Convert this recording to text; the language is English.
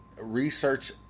research